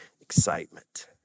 excitement